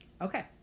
Okay